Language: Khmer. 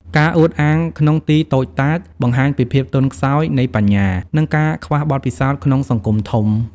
ការអួតអាងក្នុងទីតូចតាច បង្ហាញពីភាពទន់ខ្សោយនៃបញ្ញា និងការខ្វះបទពិសោធន៍ក្នុងសង្គមធំ។